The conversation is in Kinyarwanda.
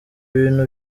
bintu